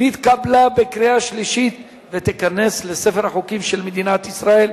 נתקבלה בקריאה שלישית ותיכנס לספר החוקים של מדינת ישראל.